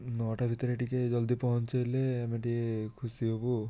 ନଅଟା ଭିତରେ ଟିକିଏ ଜଲ୍ଦି ପହଞ୍ଚେଇଲେ ଆମେ ଟିକିଏ ଖୁସି ହେବୁ ଆଉ